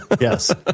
Yes